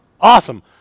Awesome